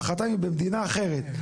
מוחרתיים היא כבר במדינה אחרת.